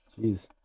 Jeez